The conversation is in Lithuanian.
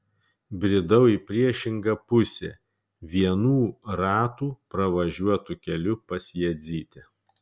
bridau į priešingą pusę vienų ratų pravažiuotu keliu pas jadzytę